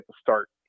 start